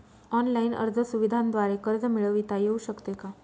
Online अर्ज सुविधांद्वारे कर्ज मिळविता येऊ शकते का?